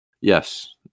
Yes